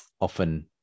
often